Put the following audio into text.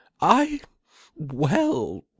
I—well